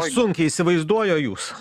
sunkiai įsivaizduoju o jūs